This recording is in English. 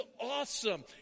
awesome